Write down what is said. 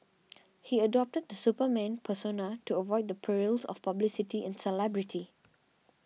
he adopted the Superman persona to avoid the perils of publicity and celebrity